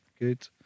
good